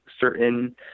certain